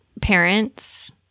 parents